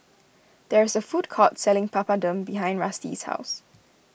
there is a food court selling Papadum behind Rusty's house